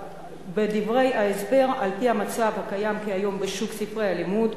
בדברי ההסבר: על-פי המצב הקיים כיום בשוק ספרי הלימוד,